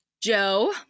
Joe